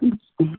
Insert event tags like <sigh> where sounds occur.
<unintelligible>